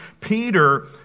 Peter